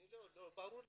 לא ברור לי.